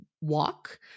walk